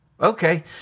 Okay